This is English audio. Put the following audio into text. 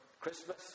Christmas